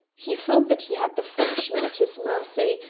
he felt that he had the frenchman at his mercy,